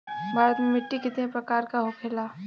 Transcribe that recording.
भारत में मिट्टी कितने प्रकार का होखे ला?